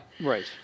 Right